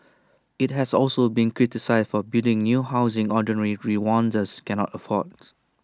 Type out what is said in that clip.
IT has also been criticised for building new housing ordinary Rwandans cannot afford